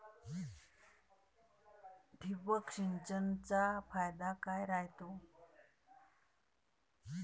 ठिबक सिंचनचा फायदा काय राह्यतो?